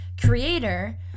Creator